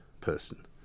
person